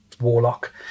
Warlock